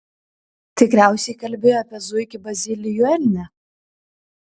tikriausiai kalbi apie zuikį bazilijų elnią